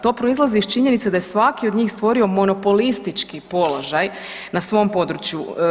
To proizlazi iz činjenice da je svaki od njih stvorio monopolistički položaj na svom području.